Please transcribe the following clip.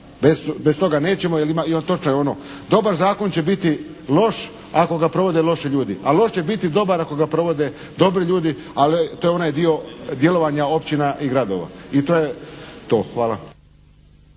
Bez toga nećemo jer točno je ono dobar zakon će biti loš ako ga provode loši ljudi, a loš će biti dobar ako ga provode dobri ljudi ali to je onaj dio djelovanja općina i gradova i to je to. Hvala.